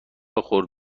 بخور